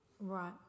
Right